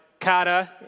kata